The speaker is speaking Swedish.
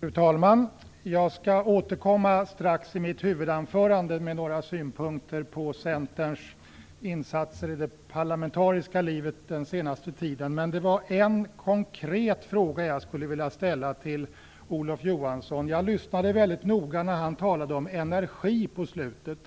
Fru talman! Jag skall strax i mitt huvudanförande återkomma med några synpunkter på Centerns insatser i det parlamentariska livet den senaste tiden. Men det är en konkret fråga som jag skulle vilja ställa till Olof Johansson. Jag lyssnade väldigt noga när han talade om energi i slutet